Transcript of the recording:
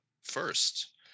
first